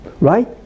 right